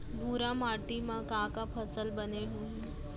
भूरा माटी मा का का फसल बने होही?